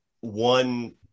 one